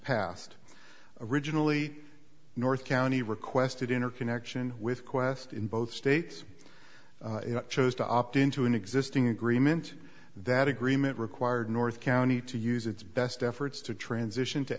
passed originally north county requested inner connection with qwest in both states chose to opt in to an existing agreement that agreement required north county to use its best efforts to transition to